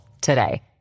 today